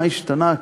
מה השתנה?